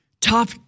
top